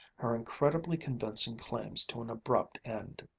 her incredibly convincing claims to an abrupt end.